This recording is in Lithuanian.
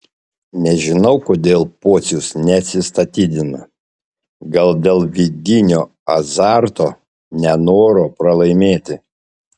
nežinau kodėl pocius neatsistatydina gal dėl vidinio azarto nenoro pralaimėti